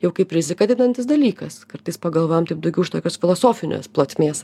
jau kaip riziką didinantis dalykas kartais pagalvojam kaip daugiau iš tokios filosofinės plotmės